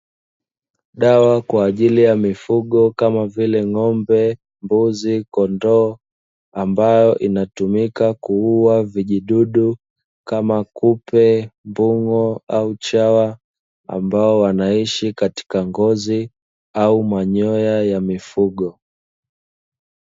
Dawa kwa ajili ya mifugo kama vile: ng’ombe, mbuzi, kondoo; ambayo inatumika kuua vijidudu kama: kupe, mbung’o au chawa; ambao wanaishi katika ngozi au manyoya ya mifugo.